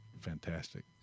fantastic